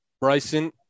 Bryson